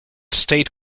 state